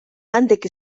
għandek